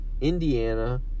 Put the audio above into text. Indiana